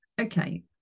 okay